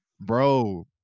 Bro